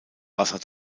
wasser